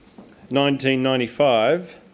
1995